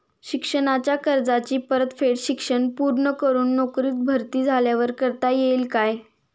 शिक्षणाच्या कर्जाची परतफेड शिक्षण पूर्ण करून नोकरीत भरती झाल्यावर करता येईल काय?